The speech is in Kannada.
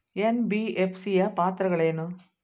ಎನ್.ಬಿ.ಎಫ್.ಸಿ ಯ ಪಾತ್ರಗಳೇನು?